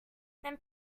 then